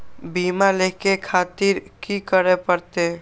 बीमा लेके खातिर की करें परतें?